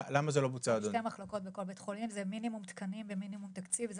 זה מינימום תקנים ומינימום תקציב.